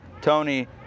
Tony